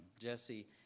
Jesse